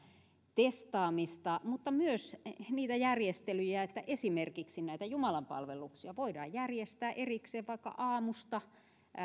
testaamista mutta myös niitä järjestelyjä että esimerkiksi näitä jumalanpalveluksia voidaan järjestää erikseen vaikka aamusta